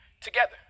together